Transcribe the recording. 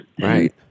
right